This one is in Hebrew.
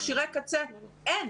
אבל מכשירי קצה אין.